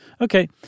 Okay